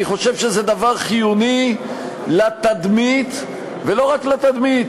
אני חושב שזה דבר חיוני לתדמית ולא רק לתדמית.